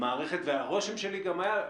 הרושם שלי גם היה,